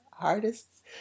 artists